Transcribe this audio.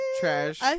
trash